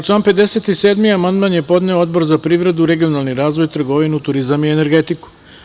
Na član 57. amandman je podneo Odbor privredu, regionalni razvoj, trgovinu, turizam i energetiku.